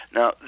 Now